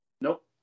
nope